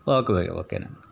okay ఓకేనమ్మా